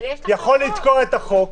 יכול לתקוע את החוק,